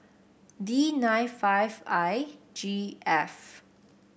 D nine five I G F